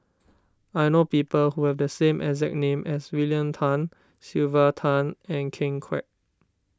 I know people who have the same exact name as William Tan Sylvia Tan and Ken Kwek